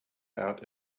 out